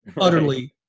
utterly